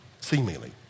seemingly